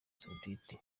saoudite